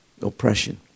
Oppression